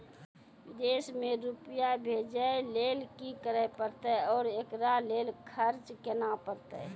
विदेश मे रुपिया भेजैय लेल कि करे परतै और एकरा लेल खर्च केना परतै?